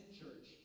church